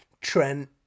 Trent